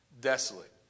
desolate